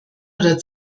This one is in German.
oder